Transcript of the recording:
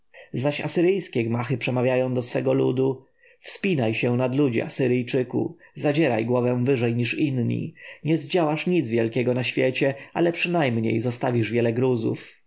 zaś asyryjskie gmachy przemawiają do swego ludu wspinaj się nad ludzi asyryjczyku zadzieraj głowę wyżej niż inni nie zdziałasz nic wielkiego na świecie ale przynajmniej zostawisz wiele gruzów